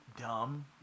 dumb